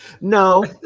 No